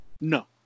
No